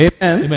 Amen